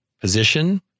position